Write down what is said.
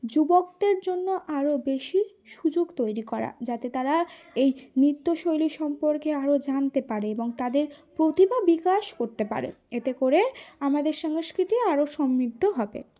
যুবকদের জন্য আরো বেশি সুযোগ তৈরি করা যাতে তারা এই নৃত্যশৈলী সম্পর্কে আরো জানতে পারে এবং তাদের প্রতিভা বিকাশ করতে পারে এতে করে আমাদের সংস্কৃতি আরো সমৃদ্ধ হবে